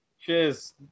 Cheers